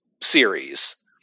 series